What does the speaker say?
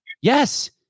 Yes